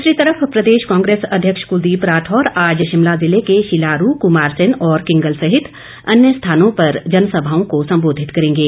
द्रसरी तरफ प्रदेश कांग्रेस अध्यक्ष कुलदीप राठौर आज शिमला जिले के शिलारू कुमारसैन और किंगल सहित अन्य स्थानों पर जनसभाओं को सम्बोधित करेंगे